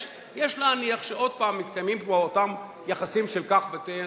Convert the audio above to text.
יש להניח שעוד פעם מתקיימים פה אותם יחסים של קח ותן,